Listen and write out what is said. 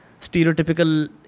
stereotypical